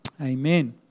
Amen